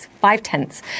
five-tenths